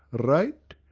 right?